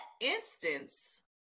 instance